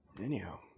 anyhow